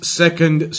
second